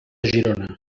girona